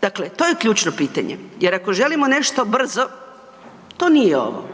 Dakle, to je ključno pitanje jer ako želimo nešto brzo, to nije ovo.